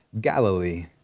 Galilee